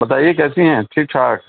بتائیے کیسی ہیں ٹھیک ٹھاک